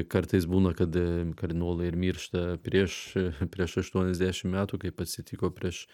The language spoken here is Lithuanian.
kartais būna kad kardinolai ir miršta prieš prieš aštuoniasdešimt metų kaip atsitiko prieš